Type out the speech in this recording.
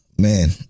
man